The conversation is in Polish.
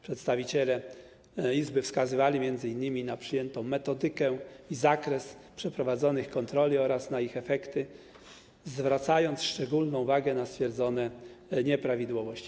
Przedstawiciele izby wskazywali m.in. na przyjętą metodykę i zakres przeprowadzonych kontroli oraz na ich efekty, zwracając szczególną uwagę na stwierdzone nieprawidłowości.